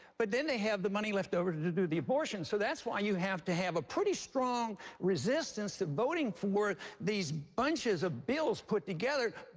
but then they have the money left over to to do the abortion. so that's why you have to have a pretty strong resistance of voting for these bunches of bills put together.